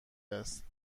است